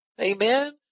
Amen